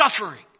suffering